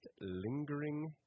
lingering